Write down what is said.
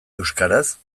euskaraz